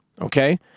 okay